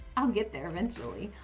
i'll get there eventually,